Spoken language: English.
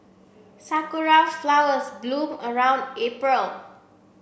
Sakura flowers bloom around April